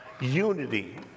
unity